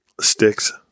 Sticks